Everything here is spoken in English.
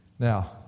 Now